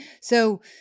So-